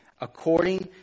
According